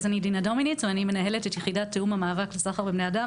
אני מנהלת את יחידת תאום המאבק בסחר בבני אדם,